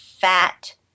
fat